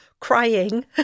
crying